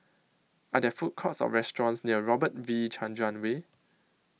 Are There Food Courts Or restaurants near Robert V Chandran Way